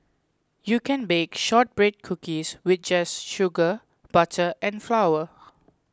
you can bake Shortbread Cookies just with sugar butter and flour